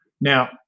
Now